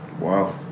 Wow